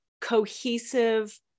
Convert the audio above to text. cohesive